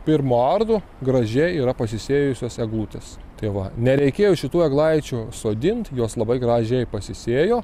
pirmo ardo gražiai yra pasisėjusios eglutės tai va nereikėjo šitų eglaičių sodint jos labai gražiai pasisėjo